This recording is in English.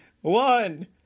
one